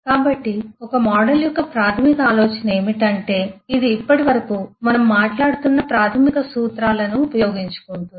కాబట్టి ఒక మోడల్ యొక్క ప్రాథమిక ఆలోచన ఏమిటంటే ఇది ఇప్పటివరకు మనం మాట్లాడుతున్న ప్రాథమిక సూత్రాలను ఉపయోగించుకుంటుంది